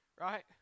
right